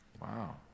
Wow